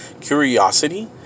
curiosity